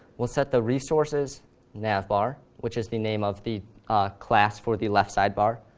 we'll set the resources navbar, which is the name of the class for the left sidebar,